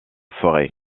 forêt